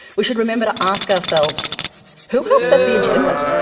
we should remember to ask ourselves who helped set the agenda?